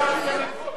חבר הכנסת בן-ארי,